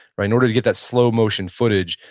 right? in order to get that slow motion footage,